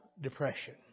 depression